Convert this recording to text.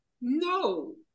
no